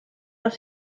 los